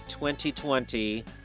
2020